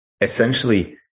essentially